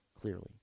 clearly